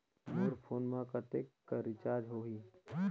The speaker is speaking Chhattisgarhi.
मोर फोन मा कतेक कर रिचार्ज हो ही?